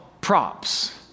Props